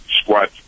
squat